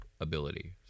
ability